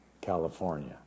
California